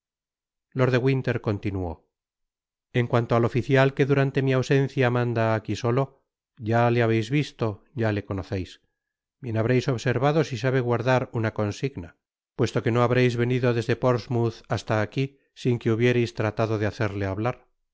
lord de winler continuó en cuanto ai oficial que durante mi ausencia manda aqui solo ya le habéis visto ya le conoceis bien habreis observado si sabe guardar una consigna puesto que no habreis venido desde portsmouth basta aqui sin que hubiereis tratado de hacerle hablar y